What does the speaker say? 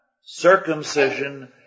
circumcision